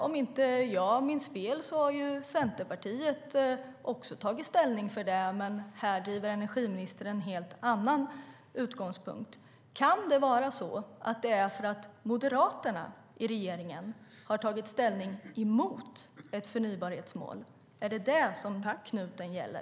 Om jag inte minns fel har Centerpartiet också tagit ställning för det, men här driver energiministern en helt annan linje. Kan det vara därför att Moderaterna i regeringen har tagit ställning mot ett förnybarhetsmål? Är det vad knuten gäller?